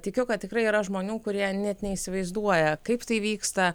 tikiu kad tikrai yra žmonių kurie net neįsivaizduoja kaip tai vyksta